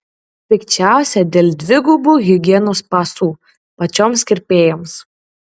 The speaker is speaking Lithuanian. pikčiausia dėl dvigubų higienos pasų pačioms kirpėjoms